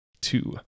Two